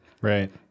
Right